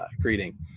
greeting